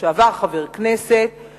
לשעבר חבר הכנסת,